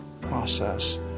process